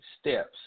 steps